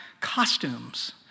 costumes